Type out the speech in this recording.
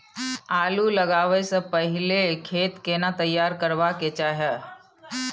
आलू लगाबै स पहिले खेत केना तैयार करबा के चाहय?